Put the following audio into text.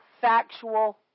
factual